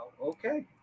Okay